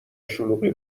شلوغی